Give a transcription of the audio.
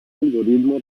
algoritmo